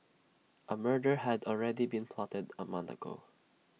A murder had already been plotted A month ago